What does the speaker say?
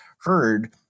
heard